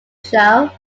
show